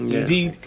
Indeed